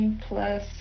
plus